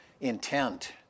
intent